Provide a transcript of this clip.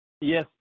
Yes